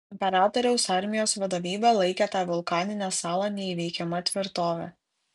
imperatoriaus armijos vadovybė laikė tą vulkaninę salą neįveikiama tvirtove